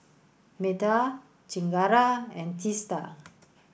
Medha Chengara and Teesta